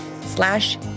slash